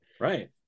Right